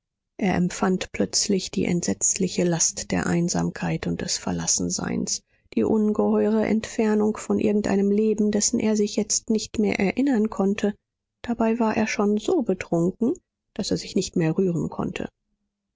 er empfand plötzlich die entsetzliche last der einsamkeit und des verlassenseins die ungeheure entfernung von irgendeinem leben dessen er sich jetzt nicht mehr erinnern konnte dabei war er schon so betrunken daß er sich nicht mehr rühren konnte